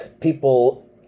people